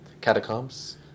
catacombs